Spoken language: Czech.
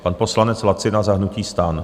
Pan poslanec Lacina za hnutí STAN.